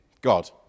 God